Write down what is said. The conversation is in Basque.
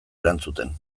erantzuten